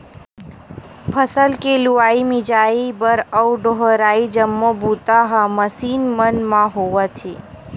फसल के लुवई, मिजई बर अउ डोहरई जम्मो बूता ह मसीन मन म होवत हे